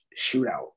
shootout